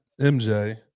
MJ